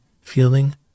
feeling